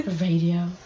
radio